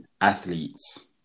athletes